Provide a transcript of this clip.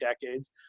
decades